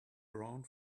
around